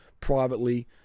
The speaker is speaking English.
privately